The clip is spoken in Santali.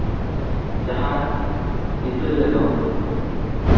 ᱡᱟᱦᱟᱸ ᱪᱤᱛᱟᱹᱨ ᱨᱮᱫᱚ